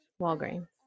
Walgreens